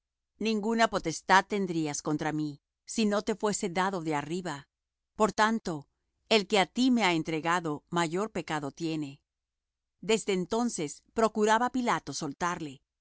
ninguna potestad tendrías contra mí si no te fuese dado de arriba por tanto el que á ti me ha entregado mayor pecado tiene desde entonces procuraba pilato soltarle